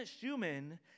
Schumann